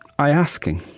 i asking.